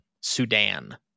Sudan